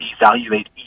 Evaluate